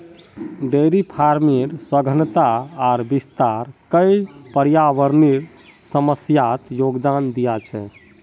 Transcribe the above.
dairy फार्मेर सघनता आर विस्तार कई पर्यावरनेर समस्यात योगदान दिया छे